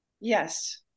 Yes